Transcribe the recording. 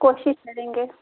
कोशिश करेंगे